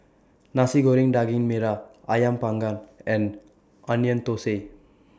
Nasi Goreng Daging Merah Ayam Panggang and Onion Thosai